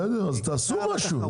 בסדר, אז תעשו משהו.